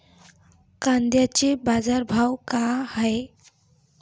कांद्याचे बाजार भाव का हाये?